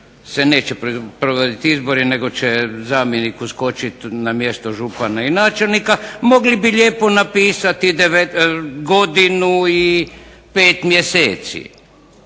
se neće provoditi izbori nego će zamjenik uskočiti na mjesto župana i načelnika, mogli bi lijepo napisati godinu i 5 mjeseci.